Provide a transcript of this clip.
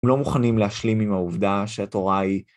הם לא מוכנים להשלים עם העובדה שהתורה היא...